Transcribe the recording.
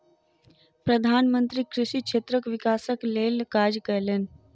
प्रधान मंत्री कृषि क्षेत्रक विकासक लेल काज कयलैन